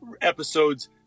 Episodes